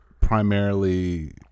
primarily